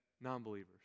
non-believers